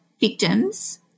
victims